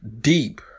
Deep